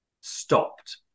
stopped